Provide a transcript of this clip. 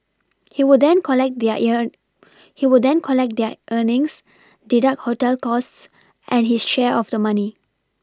he would then collect their ear he would then collect their earnings deduct hotel costs and his share of the money